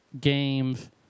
games